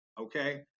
Okay